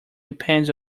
depends